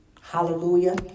Hallelujah